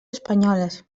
espanyoles